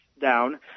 down –